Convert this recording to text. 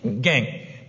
gang